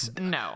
no